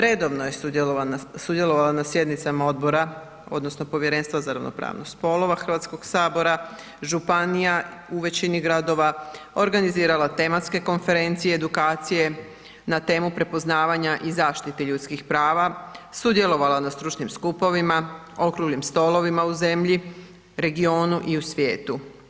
Redovno je sudjelovala na sjednicama odbora, odnosno Povjerenstva za ravnopravnost spolova Hrvatskoga sabora, županija u većini gradova, organizirala tematske konferencije i edukacije na temu prepoznavanja i zaštite ljudskih prava, sudjelovala na stručnim skupovima, okruglim stolovima u zemlji, regionu i u svijetu.